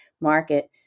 market